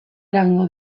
eragingo